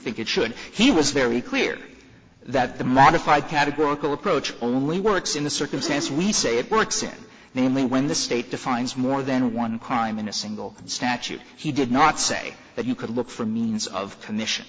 think it should he was very clear that the modified categorical approach only works in the circumstance we say it works in namely when the state defines more than one crime in a single statute he did not say that you could look for means of commission